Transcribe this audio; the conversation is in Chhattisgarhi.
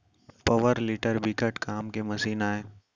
पवर टिलर बिकट काम के मसीन आय